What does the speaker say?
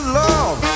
love